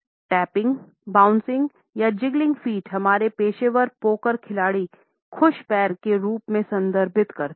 tapping bouncing हमारे पेशेवर poker खिलाड़ी खुश पैर के रूप में संदर्भित करते हैं